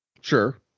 sure